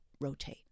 rotate